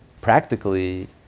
Practically